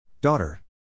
Daughter